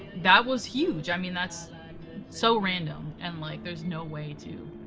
that was huge, i mean that's so random, and like there's no way to.